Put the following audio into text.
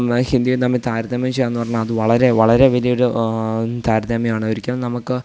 ഹിന്ദിയും തമ്മിൽ താരതമ്യം ചെയ്യുക എന്ന് പറഞ്ഞാൽ അത് വളരെ വളരെ വലിയൊര് താരതമ്യമാണ് ഒരിക്കലും നമുക്ക്